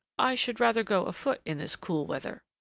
i should rather go afoot in this cool weather.